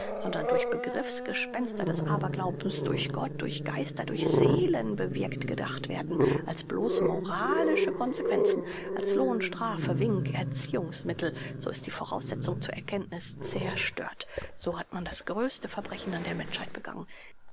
sondern durch begriffs gespenster des aberglaubens durch gott durch geister durch seelen bewirkt gedacht werden als bloß moralische consequenzen als lohn strafe wink erziehungsmittel so ist die voraussetzung zur erkenntnis zerstört so hat man das größte verbrechen an der menschheit begangen